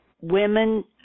women